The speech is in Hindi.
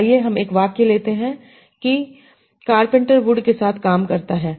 आइए हम एक वाक्य लेते हैं कार्पेंटर वुड के साथ काम करता है